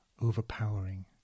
overpowering